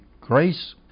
grace